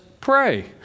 pray